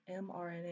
mRNA